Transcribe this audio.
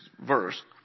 verse